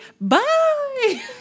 bye